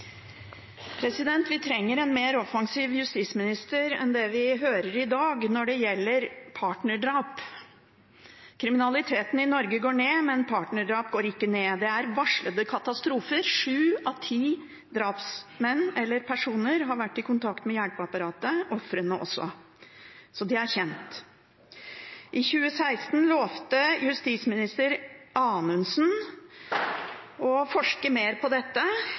gjelder partnerdrap. Kriminaliteten i Norge går ned, men antallet partnerdrap går ikke ned. Dette er varslede katastrofer. Sju av ti drapsmenn eller -personer har vært i kontakt med hjelpeapparatet – ofrene også. Så det er kjent. I 2016 lovte justisminister Anundsen i et svar til meg å forske mer på dette.